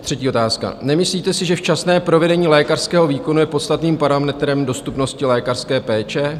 Třetí otázka: Nemyslíte si, že včasné provedené lékařského výkonu je podstatným parametrem dostupnosti lékařské péče?